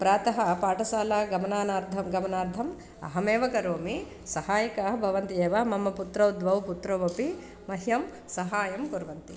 प्रातः पाठशाला गमनानार्थं गमनार्थम् अहमेव करोमि सहायिकाः भवन्ति एव मम पुत्रौ द्वौ पुत्रौ अपि मह्यं सहायं कुर्वन्ति